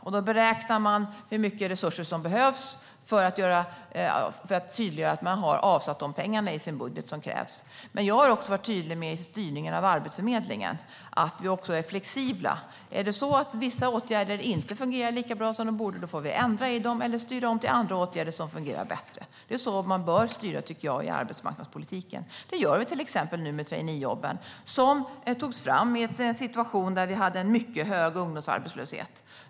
Då beräknar man hur mycket resurser som behövs, för att tydliggöra att man har avsatt de pengar som krävs i sin budget. Men jag har i styrningen av Arbetsförmedlingen varit tydlig med att vi är flexibla. Är det så att vissa åtgärder inte fungerar lika bra som de borde får vi ändra i dem eller styra om till andra åtgärder som fungerar bättre. Det är så man bör styra arbetsmarknadspolitiken, tycker jag. Så gör vi till exempel med traineejobben nu. De togs fram i en situation där vi hade mycket hög ungdomsarbetslöshet.